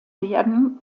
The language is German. werden